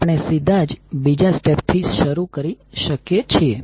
આપણે સીધા જ બીજા સ્ટેપ થી શરૂ કરી શકીએ છીએ